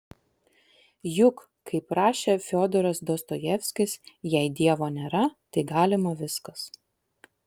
juk kaip rašė fiodoras dostojevskis jei dievo nėra tai galima viskas